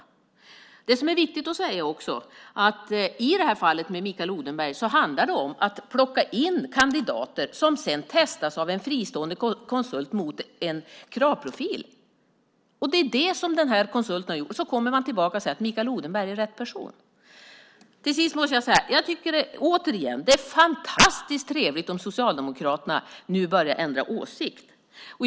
Det som också är viktigt att säga är att i det här fallet, med Mikael Odenberg, handlade det om att plocka in kandidater som sedan testades av en fristående konsult mot en kravprofil. Det är det som den här konsulten har gjort, och så kommer han tillbaka och säger: Mikael Odenberg är rätt person. Till sist måste jag återigen säga att jag tycker att det är fantastiskt trevligt om Socialdemokraterna nu börjar ändra åsikt.